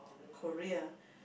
Korea ah